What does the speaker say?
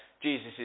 Jesus